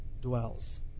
dwells